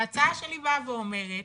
ההצעה שלי באה ואומרת,